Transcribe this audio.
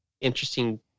interesting